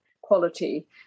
quality